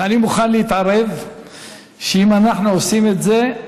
ואני מוכן להתערב שאם אנחנו עושים את זה,